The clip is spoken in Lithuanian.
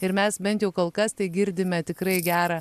ir mes bent jau kol kas tai girdime tikrai gerą